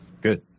good